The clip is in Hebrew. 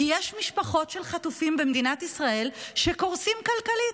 כי יש משפחות של חטופים במדינת ישראל שקורסות כלכלית.